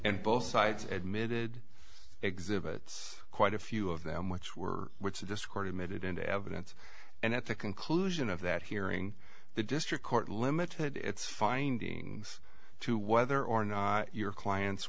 and both sides admitted exhibits quite a few of them which were which this court admitted into evidence and at the conclusion of that hearing the district court limited its findings to whether or not your clients